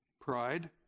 pride